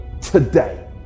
today